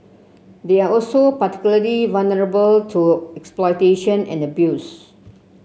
they are also particularly vulnerable to exploitation and abuse